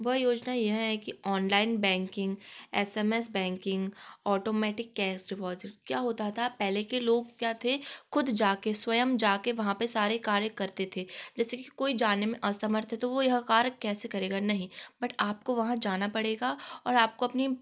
वह योजना यह है कि online banking S M S banking automatic cash deposit क्या होता था पहले के लोग क्या थे खुद जा कर स्वयं जा कर वहाँ पर सारे कार्य करते थे जैसे कि कोई जाने में असमर्थ है तो वो यह कार्य कैसे करेगा नहीं बट आपको वहाँ जाना पड़ेगा और आपको अपनी